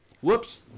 Whoops